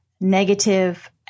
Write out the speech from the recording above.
negative